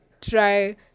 try